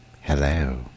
Hello